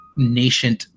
Nation